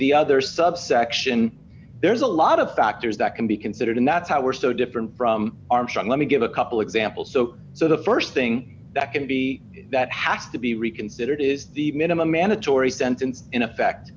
the other subsection there's a lot of factors that can be considered and that's how we're so different from armstrong let me give a couple examples so so the st thing that can be that has to be reconsidered is the minimum mandatory sentence in effect